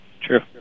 true